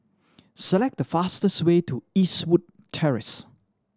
select the fastest way to Eastwood Terrace